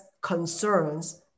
concerns